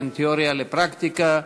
בין תיאוריה לפרקטיקה.